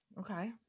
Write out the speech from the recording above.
Okay